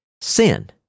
sin